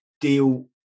deal